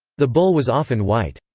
the bull was often white.